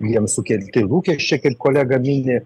jiem sukelti lūkesčiai ir kolega mini